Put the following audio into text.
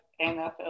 NFL